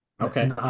Okay